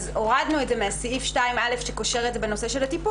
אז הורדנו את זה מסעיף 2א שקושר את זה בנושא של הטיפול,